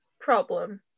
problem